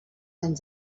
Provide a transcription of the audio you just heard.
anys